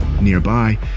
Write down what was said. Nearby